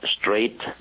straight